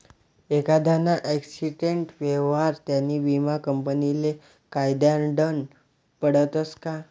एखांदाना आक्सीटेंट व्हवावर त्यानी विमा कंपनीले कयायडनं पडसं का